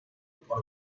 por